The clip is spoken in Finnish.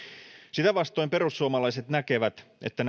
sitä vastoin perussuomalaiset näkevät että